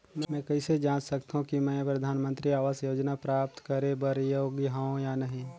मैं कइसे जांच सकथव कि मैं परधानमंतरी आवास योजना प्राप्त करे बर योग्य हववं या नहीं?